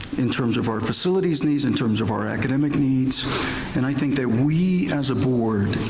in terms of our facilities needs, in terms of our academic needs and i think that we as a board,